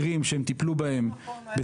הייתה תוספת תקציב לרשות, אני בעצמי טיפלתי.